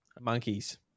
monkeys